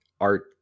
art